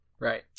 Right